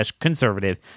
conservative